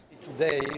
Today